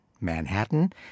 Manhattan